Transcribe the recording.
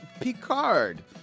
Picard